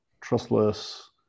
trustless